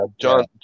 John